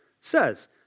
says